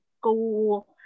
school